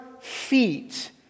feet